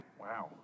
Wow